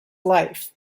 life